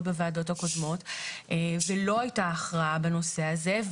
בוועדות הקודמות ולא הייתה הכרעה בנושא הזה.